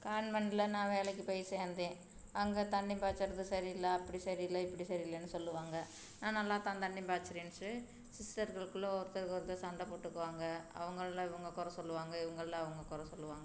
கான்வென்ட்ல நான் வேலைக்கி போய் சேர்ந்தேன் அங்கே தண்ணி பாய்ச்சறது சரியில்லை அப்படி சரியில்லை இப்படி சரியில்லைன்னு சொல்லுவாங்கள் நான் நல்லா தான் தண்ணி பாய்ச்சறேன்ச்சு சிஸ்டர்கள்குள்ள ஒருத்தருக்கு ஒருத்தர் சண்டை போட்டுக்குவாங்கள் அவங்கள்ல இவங்க குற சொல்லுவாங்கள் இவங்கள்ல அவங்க குற சொல்லுவாங்கள்